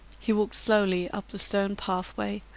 he walked slowly up the stone pathway,